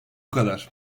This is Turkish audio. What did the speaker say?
kadar